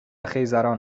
خیزران